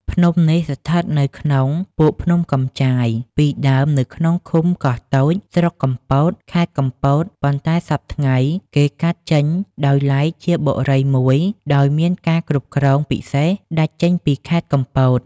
ភ្នំនេះ ឋិតនៅក្នុងពួកភ្នំកំចាយ ពីដើមនៅក្នុងឃុំកោះតូច ស្រុកកំពត ខេត្តកំពត ប៉ុន្តែសព្វថ្ងៃ គេកាត់ចេញដោយឡែកជាបុរីមួយដោយមានការគ្រប់គ្រងពិសេសដាច់ចេញពីខេត្តកំពត ។